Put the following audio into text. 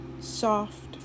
Soft